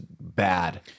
bad